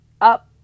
up